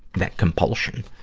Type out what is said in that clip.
that compulsion.